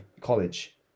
college